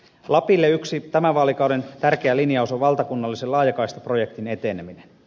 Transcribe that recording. lapille yksi tämän vaalikauden tärkeä linjaus on valtakunnallisen laajakaistaprojektin eteneminen